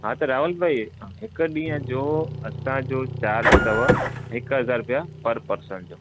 हा त राहुल भाई हिकु ॾींहं असांजो चार्ज अथव हिकु हज़ार रुपिया पर पर्सन जो